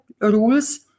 rules